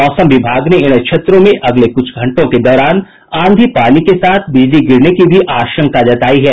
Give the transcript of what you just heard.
मौसम विभाग ने इन क्षेत्रों में अगले कुछ घंटों के दौरान आंधी पानी के साथ बिजली गिरने की आशंका जतायी है